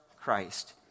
Christ